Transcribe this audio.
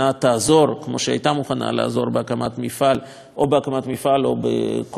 כמו שהייתה מוכנה לעזור בהקמת מפעל או בכל פתרון אחר,